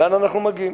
לאן אנחנו מגיעים?